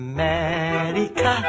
America